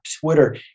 Twitter